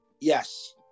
Yes